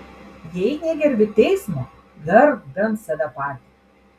jei negerbi teismo gerbk bent save patį